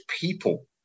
people